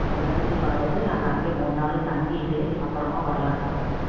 அதெலாம் சுற்றி பார்த்துட்டு நாங்கள் அங்கே மூணு நாள் தங்கிவிட்டு அப்புறமா வரலான்ட்டு இருக்கிறேங்க